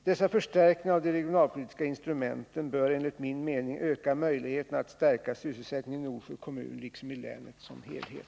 Dessa förstärkningar av de regionalpolitiska instrumenten bör enligt min mening öka möjligheterna att stärka sysselsättningen i Norsjö kommun liksom i länet som helhet.